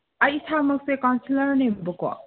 ꯑꯩ ꯏꯁꯥꯃꯛꯁꯦ ꯀꯥꯎꯟꯁꯤꯂꯔꯅꯦꯕꯀꯣ